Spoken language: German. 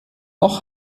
auch